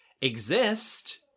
exist